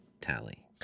tally